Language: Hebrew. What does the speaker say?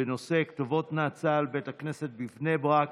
בנושא: כתובות נאצה על בית הכנסת בבני ברק.